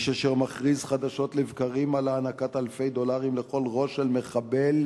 איש אשר מכריז חדשות לבקרים על הענקת אלפי דולרים לכל ראש של מחבל